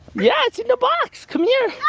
yeah, it's in the box! come here!